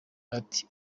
ati